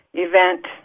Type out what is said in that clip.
Event